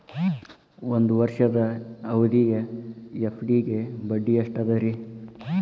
ಒಂದ್ ವರ್ಷದ ಅವಧಿಯ ಎಫ್.ಡಿ ಗೆ ಬಡ್ಡಿ ಎಷ್ಟ ಅದ ರೇ?